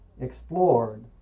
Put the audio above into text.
explored